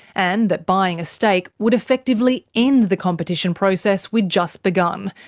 and that buying a stake would effectively end the competition process we'd just begun,